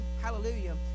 Hallelujah